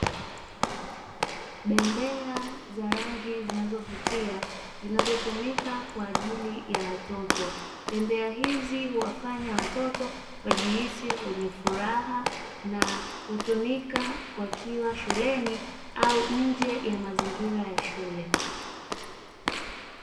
Bendera za rangi zinazovutia zinazotumika kwaajili ya watoto. Bembea hizi huwafanya watoto wajihisi wenye furaha na hutumika wakiwa shuleni au nje ya mazingira ya shule.